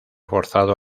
forzado